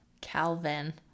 Calvin